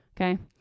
okay